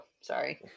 Sorry